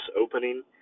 opening